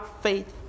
faith